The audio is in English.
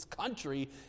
country